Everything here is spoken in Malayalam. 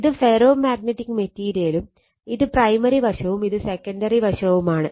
ഇത് ഫെറോമാഗ്നറ്റിക് മെറ്റിരിയലും ഇത് പ്രൈമറി വശവും ഇത് സെക്കണ്ടറി വശവുമാണ്